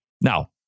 Now